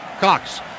Cox